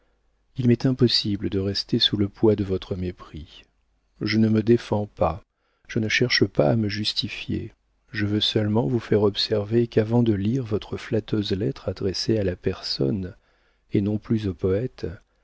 il m'est impossible de rester sous le poids de votre mépris je ne me défends pas je ne cherche pas à me justifier je veux seulement vous faire observer qu'avant de lire votre flatteuse lettre adressée à la personne et non plus au poëte